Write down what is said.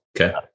Okay